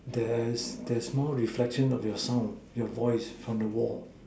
the the small reflection of your sound your voice from the wall